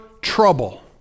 trouble